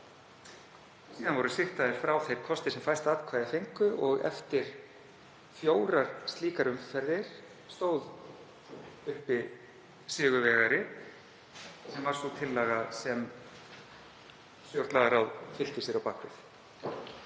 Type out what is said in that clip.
Síðan voru sigtaðir frá þeir kostir sem fæst atkvæði fengu og eftir fjórar slíkar umferðir stóð sigurvegari uppi, sem var sú tillaga sem stjórnlagaráð fylkti sér á bak við.